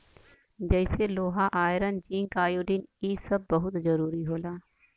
जइसे लोहा iron zinc iodine इ सब बहुत जरूरी होला